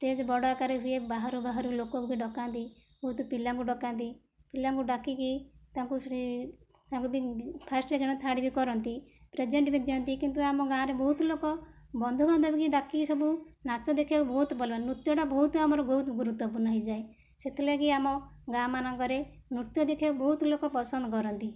stage ବଡ଼ ଆକାରରେ ହୁଏ ବାହାରୁ ବାହାରୁ ଲୋକଙ୍କୁ ଡକାନ୍ତି ବହୁତ ପିଲାଙ୍କୁ ଡକାନ୍ତି ପିଲାଙ୍କୁ ଡାକିକି ତାଙ୍କୁ ଫ୍ରି ତାଙ୍କୁ ବି ଫାଷ୍ଟ ସେକେଣ୍ଡ ଥାର୍ଡ଼ ବି କରନ୍ତି ପ୍ରେଜେଣ୍ଟ ବି ଦିଅନ୍ତି କିନ୍ତୁ ଆମ ଗାଁରେ ବହୁତ ଲୋକ ବନ୍ଧୁବାନ୍ଧବ କି ଡାକିକି ସବୁ ନାଚ ଦେଖାଇବାକୁ ବହୁତ ଭଲ ନୃତ୍ୟଟା ବହୁତ ଆମର ବହୁତ ଗୁରୁତ୍ୱପୂର୍ଣ୍ଣ ହେଇଯାଏ ସେଥିଲାଗି ଆମ ଗାଁ ମାନଙ୍କରେ ନୃତ୍ୟ ଦେଖିବାକୁ ବହୁତ ଲୋକ ପସନ୍ଦ କରନ୍ତି